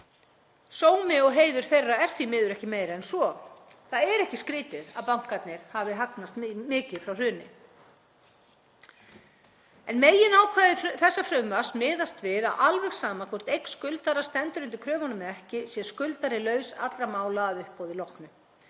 Sómi og heiður þeirra er því miður ekki meira en svo. Það er ekki skrýtið að bankarnir hafi hagnast mikið frá hruni. Meginákvæði þessa frumvarps miðast við að alveg sama hvort eign skuldara stendur undir kröfunum eða ekki sé skuldari laus allra mála að uppboðið loknu.